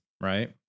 right